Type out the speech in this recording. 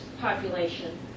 population